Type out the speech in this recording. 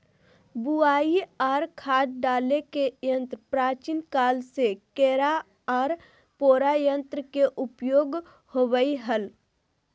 बुवाई आर खाद डाले के यंत्र प्राचीन काल से केरा आर पोरा यंत्र के उपयोग होवई हल